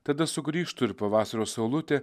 tada sugrįžtų ir pavasario saulutė